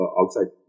outside